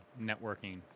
networking